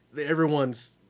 everyone's